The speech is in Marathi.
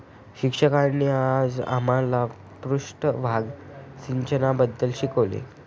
शिक्षकांनी आज आम्हाला पृष्ठभाग सिंचनाबद्दल शिकवले